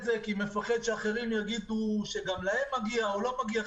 זה כי הוא פוחד שאחרים יגידו שגם להם מגיע או לא מגיע.